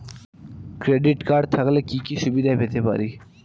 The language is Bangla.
ক্রেডিট কার্ড থাকলে কি কি সুবিধা পেতে পারি?